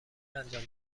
انجام